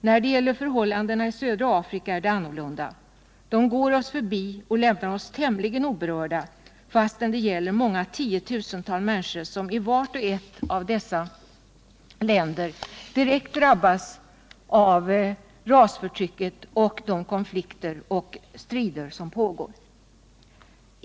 När det gäller förhållandena i södra Afrika är det annorlunda — de går oss förbi och lämnar oss tämligen oberörda fastän det gäller många tiotusental människor som i vart och ett av dessa länder direkt drabbas av rasförtrycket och de konflikter och strider som pågår.